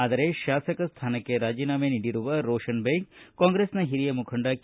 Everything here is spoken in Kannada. ಆದರೆ ತಾಸಕ ಸ್ಥಾನಕ್ಕೆ ರಾಜೀನಾಮಿ ನೀಡಿರುವ ರೋಷನ್ ಬೇಗ್ ಕಾಂಗ್ರೆಸ್ನ ಹಿರಿಯ ಮುಖಂಡ ಕೆ